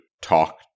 talk